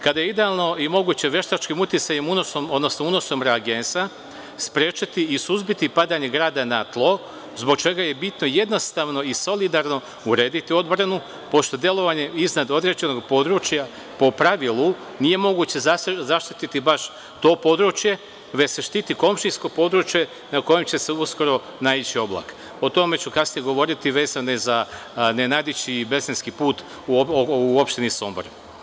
Kada je idealno i moguće veštačkim uticajem, odnosno unosom reagensa sprečiti i suzbiti padanje grada na tlo, zbog čega je bitno jednostavno i solidarno urediti odbranu, pošto delovanje iznad određenog područja po pravilo nije moguće zaštiti baš to područje već se štiti komšijsko područje na kojem će uskoro naići oblak,a o tome ću kasnije govoriti vezano za opštinu Sombor.